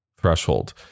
threshold